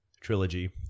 trilogy